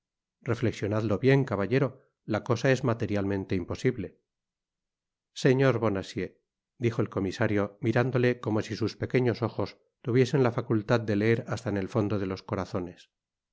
reflexionadlo bien caballero la cosa es materialmente imposible señor bonacieux dijo et comisario mirándole como si sus pequeños ojos tuviesen la facultad de leer hasta en el fondo de los corazones